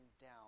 down